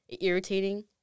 Irritating